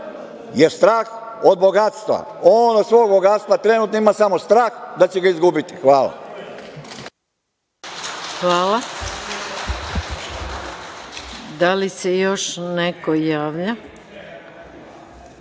je strah od bogatstva. On od svog bogatstva trenutno ima samo strah da će ga izgubiti. Hvala. **Maja Gojković** Hvala. Da li se još neko javlja